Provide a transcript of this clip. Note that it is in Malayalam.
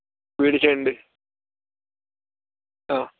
മേടിച്ചതുണ്ട് ആ